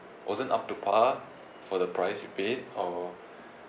wasn't up to par for the price you paid or